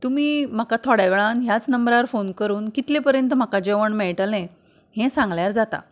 तुमी म्हाका थोड्या वेळान ह्याच नंबरार फोन करून कितले पर्यंत म्हाका जेवळ मेळटले हे सांगल्यार जाता